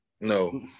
No